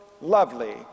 lovely